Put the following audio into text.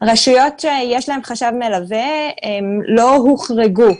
רשויות שיש להן חשב מלווה, הן לא הוחרגו.